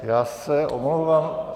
Já se omlouvám.